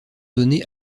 donné